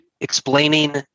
explaining